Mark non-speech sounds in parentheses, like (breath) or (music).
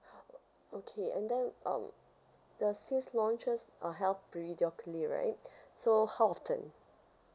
(breath) uh okay and then um the sales launches are held periodically right so how often